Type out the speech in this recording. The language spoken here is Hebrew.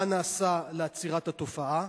מה נעשה לעצירת התופעה?